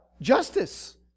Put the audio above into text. justice